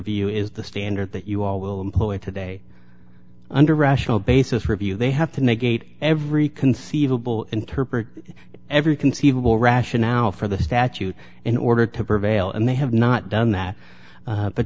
review is the standard that you all will employ today under a rational basis review they have to make eight every conceivable interpret every conceivable rationale for the statute in order to prevail and they have not done that